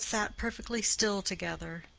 they had sat perfectly still together,